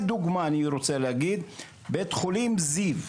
לדוגמה, אני רוצה להגיד בית חולים זיו,